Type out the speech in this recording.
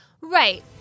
Right